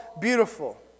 beautiful